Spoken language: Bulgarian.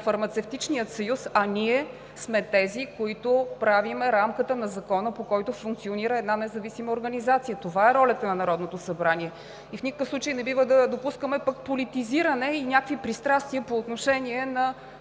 Фармацевтичния съюз, а ние сме тези, които правим рамката на Закона, по който функционира една независима организация. Това е ролята на Народното събрание. И в никакъв случай не бива да допускаме пък политизиране и някакви пристрастия по отношение на